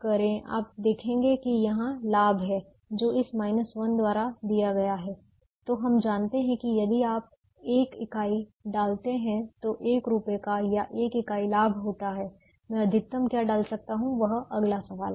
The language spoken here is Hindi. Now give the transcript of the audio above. करें आप देखेंगे कि यहां लाभ है जो इस 1 द्वारा दिया गया है तो हम जानते हैं कि यदि आप एक इकाई डालते हैं तो 1 रुपये का या 1 इकाई लाभ होता है मैं अधिकतम क्या डाल सकता हूं वह अगला सवाल है